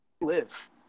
live